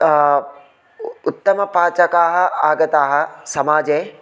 उत्तमपाचकाः आगताः समाजे